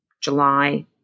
July